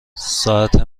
ساعت